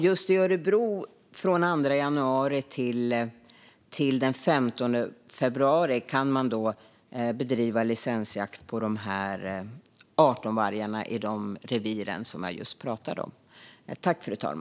Just i Örebro kan man från den 2 januari till den 15 februari bedriva licensjakt på 18 vargar i de revir som jag just talade om.